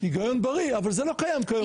הגיון בריא, אבל זה לא קיים כיום.